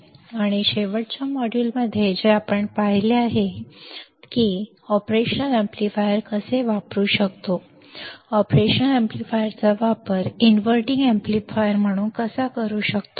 आणि शेवटच्या मॉड्यूल मध्ये जे आपण पाहिले आहे आम्ही पाहिले आहे की आपण ऑपरेशनल अॅम्प्लीफायर कसे वापरू शकतो ऑपरेशनल अॅम्प्लीफायरचा वापर इन्व्हर्टिंग एम्पलीफायर म्हणून कसा करू शकतो